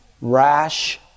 rash